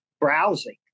browsing